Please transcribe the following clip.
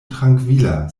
trankvila